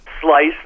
slice